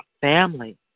family